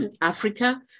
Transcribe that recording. Africa